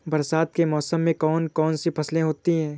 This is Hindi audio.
बरसात के मौसम में कौन कौन सी फसलें होती हैं?